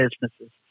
businesses